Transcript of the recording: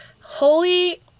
holy